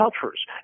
cultures